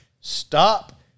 stop